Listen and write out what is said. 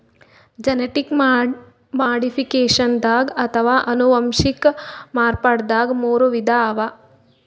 genetic ಮಾಡಿಫಿಕೇಷನ್ದಾಗ್ ಅಥವಾ ಅನುವಂಶಿಕ್ ಮಾರ್ಪಡ್ದಾಗ್ ಮೂರ್ ವಿಧ ಅವಾ